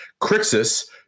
Crixus